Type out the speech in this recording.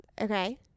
Okay